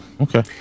okay